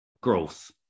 growth